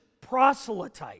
proselyte